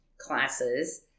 classes-